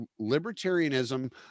libertarianism